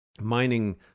mining